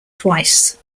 twice